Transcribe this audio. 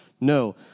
No